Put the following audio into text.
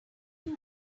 too